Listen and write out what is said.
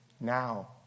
now